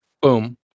boom